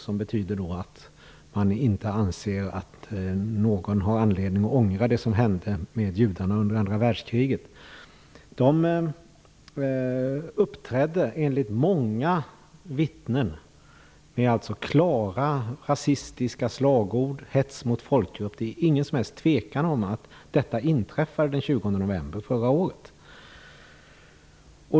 Det betyder att man inte anser att någon har anledning att ångra det som hände med judarna under andra världskriget. Den här gruppen uppträdde enligt många vittnen med klara rasistiska slagord. Det var hets mot folkgrupp. Det finns inget som helst tvivel om att detta inträffade den 20 november förra året.